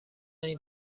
این